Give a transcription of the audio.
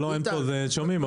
שומעים,